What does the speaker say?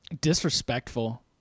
Disrespectful